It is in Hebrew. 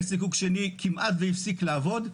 בית זיקוק שני כמעט הפסיק לעבוד.